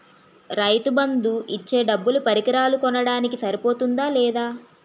రైతు బందు ఇచ్చే డబ్బులు పరికరాలు కొనడానికి సరిపోతుందా లేదా?